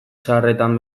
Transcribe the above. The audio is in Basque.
zaharretan